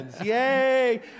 Yay